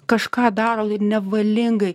kažką daro lai ir nevalingai